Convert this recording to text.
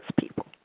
people